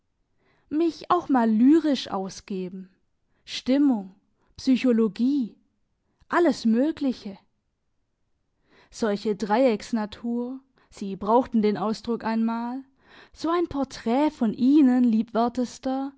mich auch mal lyrisch ausgeben stimmung psychologie alles mögliche solche dreiecksnatur sie brauchten den ausdruck einmal so ein porträt von ihnen